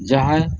ᱡᱟᱦᱟᱭ